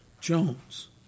Jones